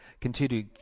Continue